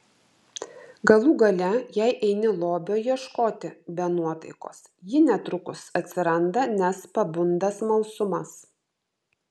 galų gale jei eini lobio ieškoti be nuotaikos ji netrukus atsiranda nes pabunda smalsumas